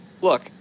Look